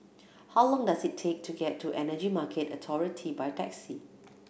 how long does it take to get to Energy Market Authority by taxi